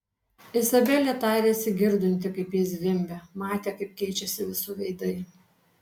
izabelė tarėsi girdinti kaip ji zvimbia matė kaip keičiasi visų veidai